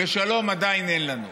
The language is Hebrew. ושלום עדיין אין לנו.